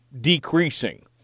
decreasing